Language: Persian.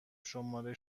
شماره